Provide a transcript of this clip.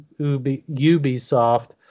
Ubisoft